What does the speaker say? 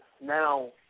now